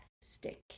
Stick